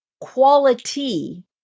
quality